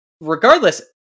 regardless